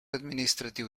administratiu